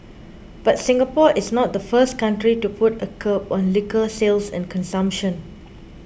but Singapore is not the first country to put a curb on liquor sales and consumption